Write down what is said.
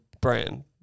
brand